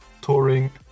touring